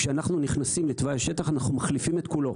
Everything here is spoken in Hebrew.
כשאנחנו נכנסים לתוואי השטח אנחנו מחליפים את כולו.